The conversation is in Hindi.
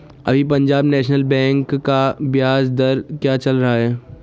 अभी पंजाब नैशनल बैंक का ब्याज दर क्या चल रहा है?